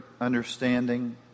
understanding